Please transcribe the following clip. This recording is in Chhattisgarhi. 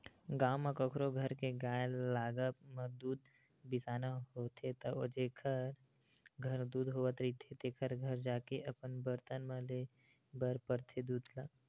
गाँव म कखरो घर के गाय लागब म दूद बिसाना होथे त जेखर घर दूद होवत रहिथे तेखर घर जाके अपन बरतन म लेय बर परथे दूद ल